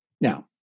Now